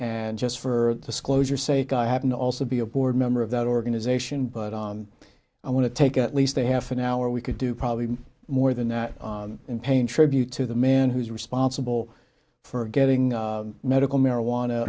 and just for disclosure sake i happen to also be a board member of that organization but i want to take at least a half an hour we could do probably more than that in pain tribute to the man who's responsible for getting medical marijuana